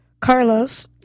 Carlos